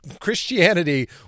Christianity